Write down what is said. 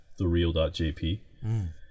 thereal.jp